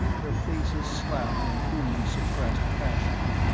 their faces slack in thinly suppressed passion.